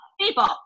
People